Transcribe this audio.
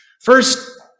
First